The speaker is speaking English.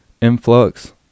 influx